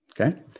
Okay